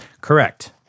Correct